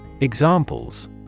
Examples